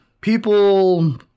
People